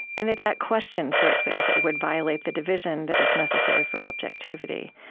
and that that question, for example, would violate the division that is necessary for objectivity.